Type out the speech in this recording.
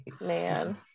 man